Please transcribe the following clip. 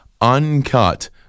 uncut